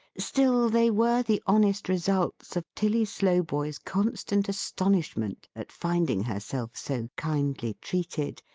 still they were the honest results of tilly slowboy's constant astonishment at finding herself so kindly treated,